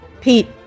Pete